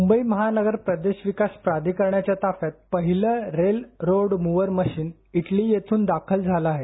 मुंबई महानगर प्रदेश विकास प्राधिकरणाच्या ताफ्यात पहिलं rail road mover machine Italy येथून दाखल झालं आहे